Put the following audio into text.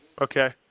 Okay